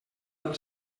del